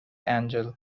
angell